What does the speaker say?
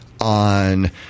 on